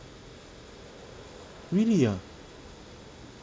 really ah